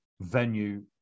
venue